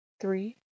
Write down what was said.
three